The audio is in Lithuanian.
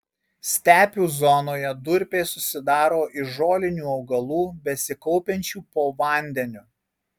stepių zonoje durpės susidaro iš žolinių augalų besikaupiančių po vandeniu